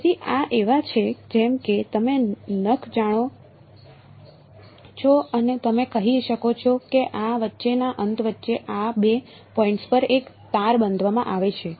તેથી આ એવા છે જેમ કે તમે નખ જાણો છો અને તમે કહી શકો છો અને આ વચ્ચેના અંત વચ્ચે આ બે પોઇન્ટ્સ પર એક તાર બાંધવામાં આવે છે